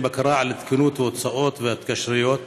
בקרה על תקינות ההוצאות וההתקשרויות?